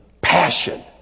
passion